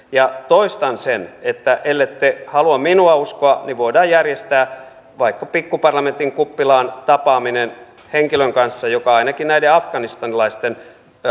toistan sen että ellette halua minua uskoa niin voidaan järjestää vaikka pikkuparlamentin kuppilaan tapaaminen henkilön kanssa joka ainakin näiden afganistanilaisten